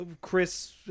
Chris